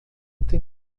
tem